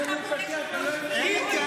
אי.טי.